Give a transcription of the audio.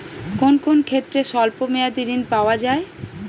কোন কোন ক্ষেত্রে স্বল্প মেয়াদি ঋণ পাওয়া যায়?